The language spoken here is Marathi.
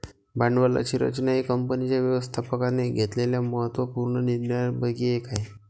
भांडवलाची रचना ही कंपनीच्या व्यवस्थापकाने घेतलेल्या महत्त्व पूर्ण निर्णयांपैकी एक आहे